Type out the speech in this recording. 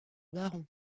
baron